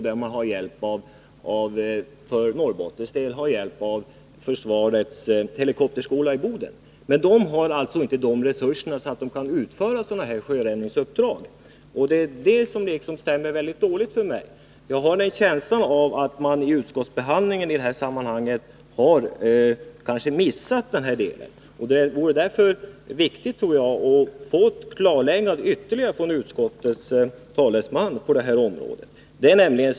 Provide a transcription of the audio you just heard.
Där har man för Norrbottens del hjälp av försvarets helikopterskola i Boden. Dessa enheter har emellertid inte sådana resurser att de kan utföra sjöräddningsuppdrag. Jag har en känsla av att man i utskottsbehandlingen kanske har missat den här delen. Det vore därför viktigt att få ett ytterligare klarläggande från utskottets talesman i det här fallet.